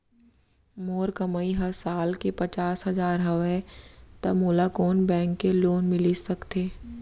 मोर कमाई ह साल के पचास हजार हवय त मोला कोन बैंक के लोन मिलिस सकथे?